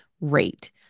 rate